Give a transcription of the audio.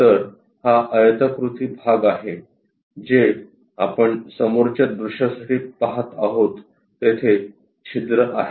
तर हा आयताकृती भाग आहे जे आपण समोरच्या दृश्यासाठी पाहत आहोत तेथे छिद्र आहेत